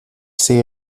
sehe